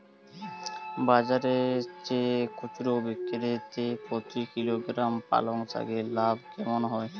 বাজারের চেয়ে খুচরো বিক্রিতে প্রতি কিলোগ্রাম পালং শাকে লাভ কেমন হয়?